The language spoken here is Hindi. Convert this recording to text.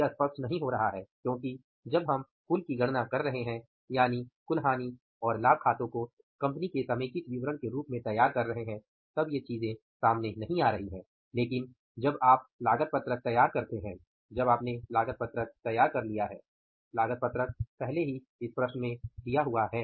यह स्पष्ट नहीं हो रहा है क्योंकि जब हम कुल की गणना कर रहे हैं यानि कुल हानि और लाभ खाते को कंपनी के समेकित विवरण के रूप में तैयार कर रहे है तब ये चीज़े सामने नहीं आ रही हैं लेकिन जब आप जब आप लागत पत्रक तैयार करते हैं जब आपने लागत पत्रक तैयार कर लिया है लागत पत्रक पहले से ही इस प्रश्न में दिया हुआ है